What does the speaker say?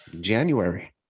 January